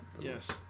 Yes